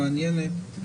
מעניינת.